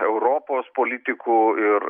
europos politikų ir